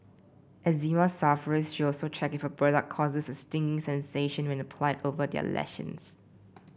eczema sufferers should also check if a product causes a stinging sensation when applied over their lesions